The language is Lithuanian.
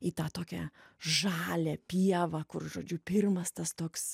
į tą tokią žalią pievą kur žodžiu pirmas tas toks